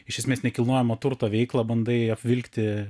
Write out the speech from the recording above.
iš esmės nekilnojamo turto veikla bandai apvilkti